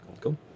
Cool